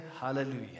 hallelujah